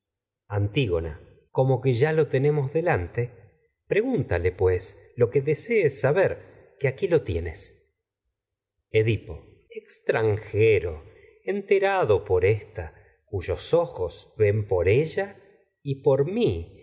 antígoña como ya lo tenemos delante pre gúntale edipo pues lo que deseas saber por que aquí lo tienes ojos ven extranjero enterado por ésta a cuyos por ella y mí